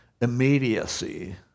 immediacy